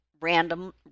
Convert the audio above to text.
random